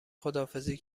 خداحافظی